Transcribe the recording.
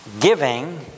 giving